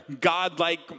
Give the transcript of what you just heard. godlike